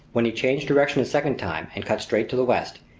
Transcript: when he changed direction a second time and cut straight to the west,